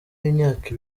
y’imyaka